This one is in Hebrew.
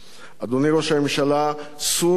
אדוני ראש הממשלה, סור מרע.